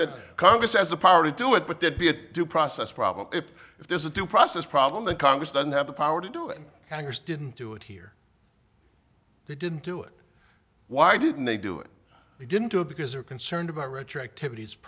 said congress has the power to do it but there'd be a due process problem if if there's a due process problem the congress doesn't have the power to do it and congress didn't do it here they didn't do it why didn't they do it they didn't do it because they're concerned about retroactivit